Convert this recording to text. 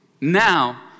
Now